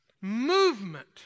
Movement